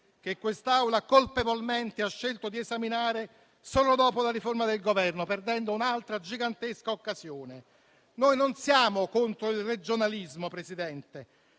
che quest'Assemblea colpevolmente ha scelto di esaminare solo dopo la riforma del Governo, perdendo un'altra gigantesca occasione. Noi non siamo contro il regionalismo, Presidente,